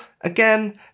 Again